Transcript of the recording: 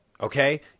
okay